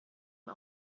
ihm